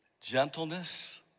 gentleness